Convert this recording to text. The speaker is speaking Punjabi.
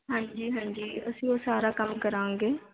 ਹਾਂਜੀ ਹਾਂਜੀ ਅਸੀਂ ਉਹ ਸਾਰਾ ਕੰਮ ਕਰਾਂਗੇ